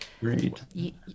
great